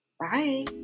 Bye